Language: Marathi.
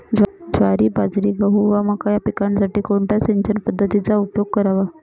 ज्वारी, बाजरी, गहू व मका या पिकांसाठी कोणत्या सिंचन पद्धतीचा उपयोग करावा?